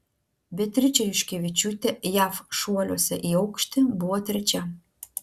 beatričė juškevičiūtė jav šuoliuose į aukštį buvo trečia